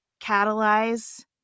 catalyze